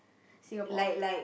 Singapore